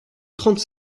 trente